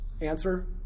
answer